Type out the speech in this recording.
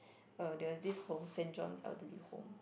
uh there was this home Saint-John's elderly home